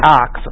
ox